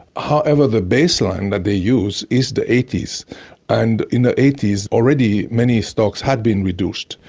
however the baseline that they use is the eighty s and in the eighty s already many stocks had been reduced.